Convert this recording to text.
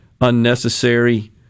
unnecessary